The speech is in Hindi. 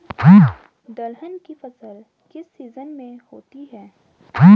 दलहन की फसल किस सीजन में होती है?